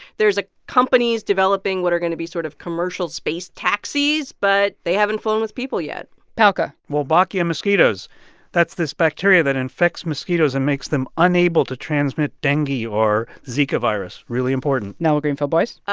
there's a company's developing what are going to be sort of commercial space taxis, but they haven't flown with people yet palca wolbachia in mosquitoes that's this bacteria that infects mosquitoes and makes them unable to transmit dengue or zika virus. really important nell greenfieldboyce?